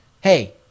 hey